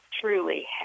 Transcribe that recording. truly